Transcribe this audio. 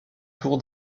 tour